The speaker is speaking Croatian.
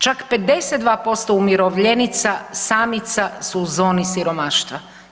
Čak 52% umirovljenica samica su u zoni siromaštva.